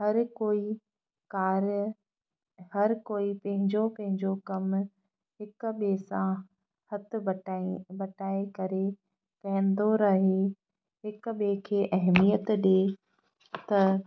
हर कोई कार्य हर कोई पंहिंजो पंहिंजो कमु हिक ॿिए सां हथ बटाए बटाए करे कंदो रही हिक ॿिए खे अहमियत ॾिए त